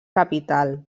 capital